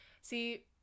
See